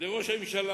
אני מציע לראש הממשלה.